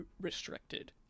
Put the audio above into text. restricted